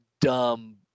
dumb